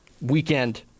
Weekend